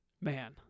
man